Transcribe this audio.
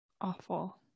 Awful